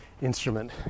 instrument